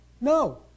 no